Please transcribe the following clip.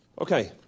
Okay